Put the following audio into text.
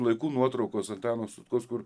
laikų nuotraukos antano sutkaus kur